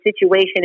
situation